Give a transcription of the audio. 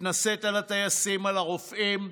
מתנשאת על הטייסים, על הרופאים,